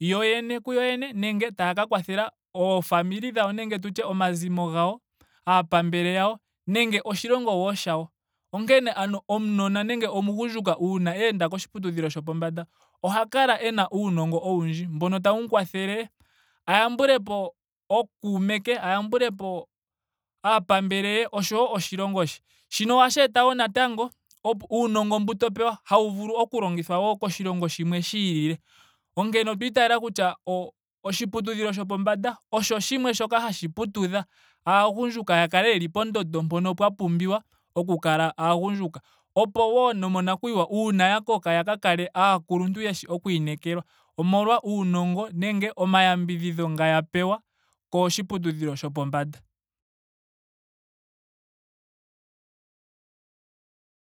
yoyene kuyo yene nenge taya ka wathela o family dhawo nenge tu tye omazimo gawo. aapambele yawo nenge oshilongo wo shawo. Onkene ano omunona nenge omugundjuka uuna eenda koshiputudhilo shopombanda oha kala ena uunongo owundji mboka tawu ku kwathele a yambulepo ookume ke. a yambulepo aapambele ye oshowo oshilongo she. Shino ohashi eta wo natango opo- uunongo mbu to pewa hawu vulu oku longithwa wo koshilongo shimwe shiilile. Onkene otwa itayela kutya oshi oshiputudhilo shopombanda oshowo shimwe shoka hashi putudha aagundjuka ya kale yeli pondondo mpono pwa pumbiwa oku kala aagundjuka. Opo wo nomonakuyiwa uuna ya koka ya ka kale aakuluntu yeshi okwiinekelwa. Omolwa uunongo nenge omayambidhidho nga ya pewa koshiputudhilo shopombanda